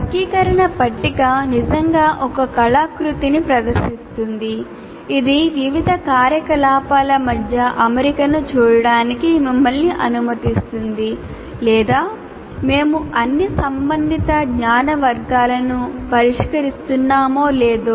వర్గీకరణ పట్టిక నిజంగా ఒక కళాకృతిని ప్రదర్శిస్తుంది ఇది వివిధ కార్యకలాపాల మధ్య అమరికను చూడటానికి మిమ్మల్ని అనుమతిస్తుంది లేదా మేము అన్ని సంబంధిత జ్ఞాన వర్గాలను పరిష్కరిస్తున్నామో లేదో